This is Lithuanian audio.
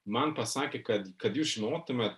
man pasakė kad kad jūs žinotumėt